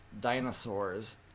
dinosaurs